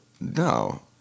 No